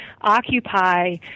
occupy